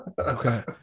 Okay